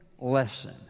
lesson